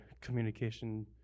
communication